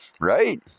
right